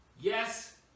Yes